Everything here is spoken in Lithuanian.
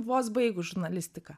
vos baigus žurnalistiką